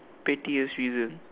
pettiest reason